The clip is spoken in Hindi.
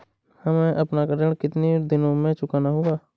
हमें अपना ऋण कितनी दिनों में चुकाना होगा?